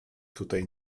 tutaj